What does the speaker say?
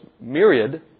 myriad